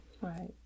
Right